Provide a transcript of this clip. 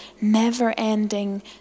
never-ending